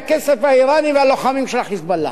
הכסף האירני והלוחמים של ה"חיזבאללה".